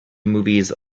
movies